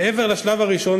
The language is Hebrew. מעבר לשלב הראשון,